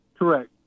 Correct